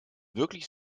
wirklich